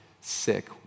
sick